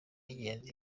y’ingenzi